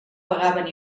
pagaven